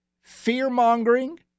fear-mongering